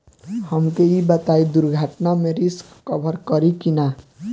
हमके ई बताईं दुर्घटना में रिस्क कभर करी कि ना?